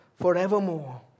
forevermore